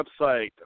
website